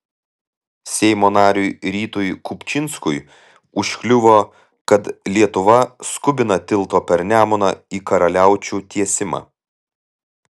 seimo nariui rytui kupčinskui užkliuvo kad lietuva skubina tilto per nemuną į karaliaučių tiesimą